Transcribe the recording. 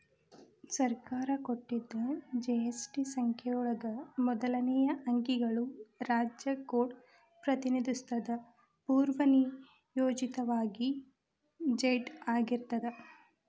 ಸರ್ಕಾರ ಕೊಟ್ಟಿದ್ ಜಿ.ಎಸ್.ಟಿ ಸಂಖ್ಯೆ ಒಳಗ ಮೊದಲನೇ ಅಂಕಿಗಳು ರಾಜ್ಯ ಕೋಡ್ ಪ್ರತಿನಿಧಿಸುತ್ತದ ಪೂರ್ವನಿಯೋಜಿತವಾಗಿ ಝೆಡ್ ಆಗಿರ್ತದ